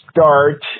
start